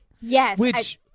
Yes